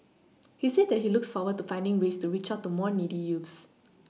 he said that he looks forward to finding ways to reach out to more needy youths